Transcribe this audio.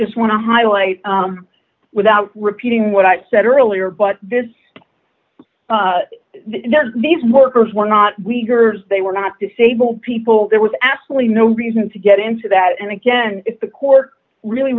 just want to highlight without repeating what i said earlier but this these workers were not we gors they were not disabled people there was absolutely no reason to get into that and again if the court really